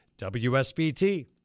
WSBT